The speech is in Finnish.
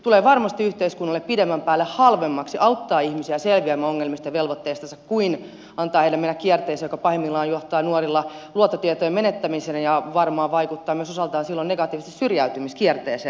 tulee varmasti yhteiskunnalle pidemmän päälle halvemmaksi auttaa ihmisiä selviämään ongelmistansa ja velvoitteistansa kuin antaa heidän mennä kierteeseen joka pahimmillaan johtaa nuorilla luottotietojen menettämiseen ja varmaan vaikuttaa myös osaltaan negatiivisesti syrjäytymiskierteeseen